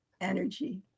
energy